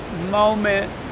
moment